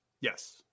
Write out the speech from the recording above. Yes